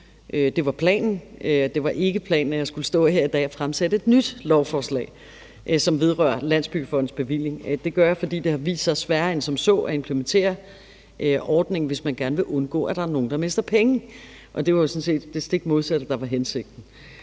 det var planen. Det var ikke planen, at jeg skulle stå her i dag og fremsætte et nyt lovforslag, som vedrører Landsbyggefondens bevilling. Det gør jeg, fordi det har vist sig sværere end som så at implementere ordningen, hvis man gerne vil undgå, at der er nogle, der mister penge. Det var jo sådan set det stik modsatte, der var hensigten.